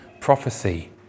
prophecy